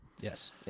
Yes